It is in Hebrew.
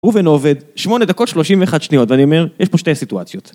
הוא ונובד 8 דקות 31 שניות ואני אומר, יש פה שתי סיטואציות.